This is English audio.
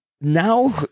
now